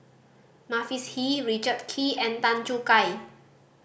Mavis Hee Richard Kee and Tan Choo Kai